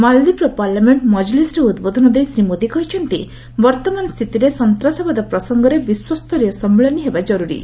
ମାଳଦ୍ୱୀପର ପାର୍ଲାମେର୍ଣ୍ଣ 'ମଜଲିସ୍'ରେ ଉଦ୍ବୋଧନ ଦେଇ ଶ୍ରୀ ମୋଦି କହିଛନ୍ତି ବର୍ଭମାନ ସ୍ଥିତିରେ ସନ୍ତାସବାଦ ପ୍ରସଙ୍ଗରେ ବିଶ୍ୱସ୍ତରୀୟ ସମ୍ମିଳନୀ ହେବା ଜର୍ତ୍ତରୀ